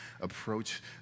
approach